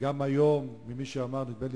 גם היום ממי שעמד, נדמה לי